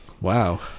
Wow